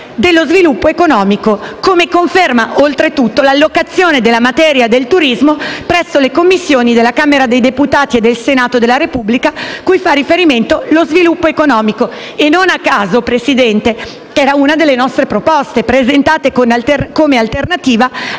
dello sviluppo economico, come conferma, oltretutto, l'allocazione della materia del turismo presso le Commissioni della Camera dei deputati e del Senato della Repubblica cui fa riferimento lo sviluppo economico. E, non a caso, signor Presidente, era una delle nostre proposte presentate come alternativa